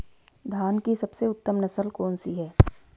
धान की सबसे उत्तम नस्ल कौन सी है?